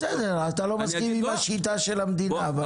בסדר, אתה לא מסכים עם השיטה של המדינה.